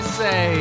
say